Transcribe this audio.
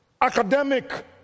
academic